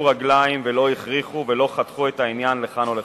רגליים ולא הכריעו ולא חתכו את העניין לכאן או לכאן.